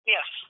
Yes